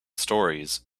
stories